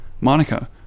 Monica